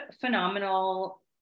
phenomenal